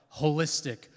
holistic